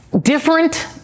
Different